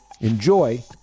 enjoy